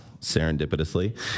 serendipitously